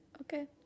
Okay